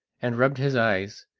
and rubbed his eyes,